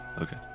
Okay